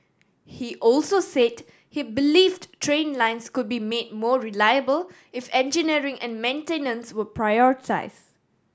he also said he believed train lines could be made more reliable if engineering and maintenance were prioritised